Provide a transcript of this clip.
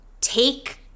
take